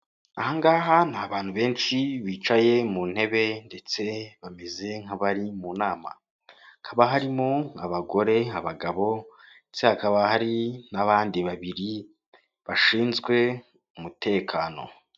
Aha ngaha ni abantu benshi bicaye mu ntebe, ndetse bameze nk'abari mu nama, hakaba harimo abagore, abagabo, ndetse hakaba hari n'abandi babiri bashinzwe umutekano.